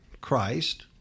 Christ